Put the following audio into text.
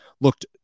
looked